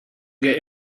get